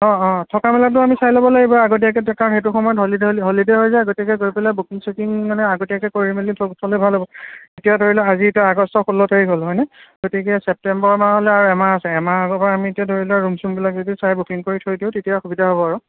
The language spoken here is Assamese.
অ' অ' থকা মেলাতো আমি চাই ল'ব লাগিব আগতীয়াকৈ কাৰণ সেইটো সময়ত হলিডে' হলিডে' হৈ যায় গতিকে গৈ পেলাই বুকিং চুকিং মানে আগতীয়াকৈ কৰি মেলি থলে ভাল হ'ব এতিয়া ধৰি ল আজি এতিয়া আগষ্টৰ ষোল্ল তাৰিখ হ'ল হয়নে গতিকে ছেপ্টেম্বৰ মাহলৈ আৰু এমাহ আছে এমাহ আগৰ পৰা আমি এতিয়া ধৰি লোৱা ৰুম চুমবিলাক যদি চাই বুকিং কৰি থৈ দিওঁ তেতিয়া সুবিধা হ'ব আৰু